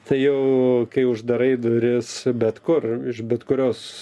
tai jau kai uždarai duris bet kur iš bet kurios